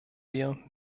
wir